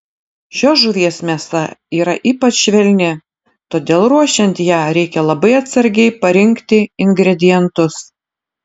šios žuvies mėsa yra ypač švelni todėl ruošiant ją reikia labai atsargiai parinkti ingredientus